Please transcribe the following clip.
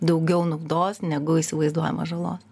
daugiau naudos negu įsivaizduojama žalos